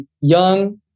young